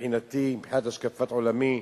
מבחינתי, מבחינת השקפת עולמי,